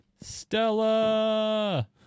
Stella